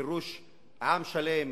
גירוש עם שלם